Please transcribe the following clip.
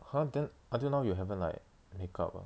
!huh! then until now you haven't like make up ah